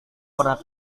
pernah